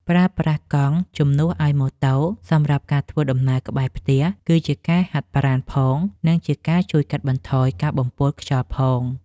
ប្រើប្រាស់កង់ជំនួសឱ្យម៉ូតូសម្រាប់ការធ្វើដំណើរក្បែរផ្ទះគឺជាការហាត់ប្រាណផង និង ជាការជួយកាត់បន្ថយការបំពុលខ្យល់ផង។